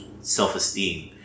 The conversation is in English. self-esteem